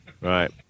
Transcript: Right